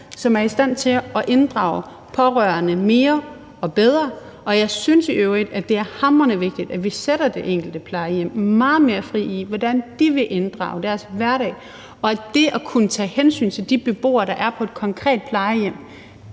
der er i stand til at inddrage de pårørende mere og bedre. Jeg synes i øvrigt, at det er hamrende vigtigt, at vi sætter det enkelte plejehjem meget mere fri, i forhold til hvordan de vil inddrage beboernes hverdag og det at kunne tage hensyn til de beboere, der er på det konkrete plejehjem.